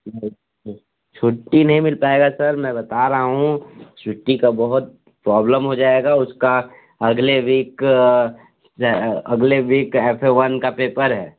छुट्टी नहीं मिल पाएगा सर में बता रहा हूँ छुट्टी का बहुत प्रॉबलम हो जाएगा उसका अगले वीक अगले वीक एफ ए वन का पेपर है